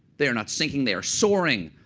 they are not sinking, they are soaring.